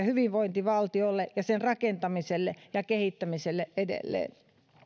hyvinvointivaltiolle ja sen rakentamiselle ja kehittämiselle edelleen